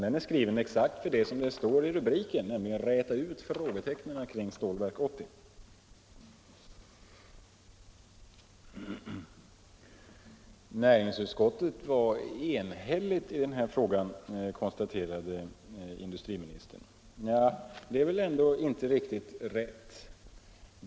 Den är skriven exakt för det som står i rubriken, nämligen: ”Räta ut frågetecknen kring Stålverk 80”. Näringsutskottet var enhälligt i fråga om Stålverk 80, konstaterade industriministern. Det är väl ändå inte riktigt rätt.